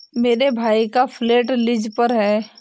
मेरे भाई का फ्लैट लीज पर है